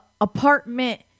apartment